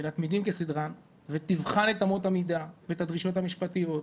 אלא תמידין כסדרן ותבחן את אמות המידה ואת הדרישות המשפטיות,